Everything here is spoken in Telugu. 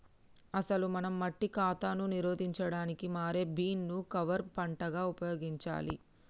అసలు మనం మట్టి కాతాను నిరోధించడానికి మారే బీన్ ను కవర్ పంటగా ఉపయోగించాలి